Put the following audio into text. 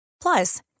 Plus